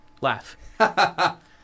Laugh